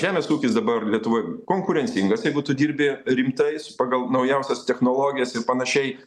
žemės ūkis dabar lietuvoj konkurencingas jeigu tu dirbi rimtais pagal naujausias technologijas ir panašiai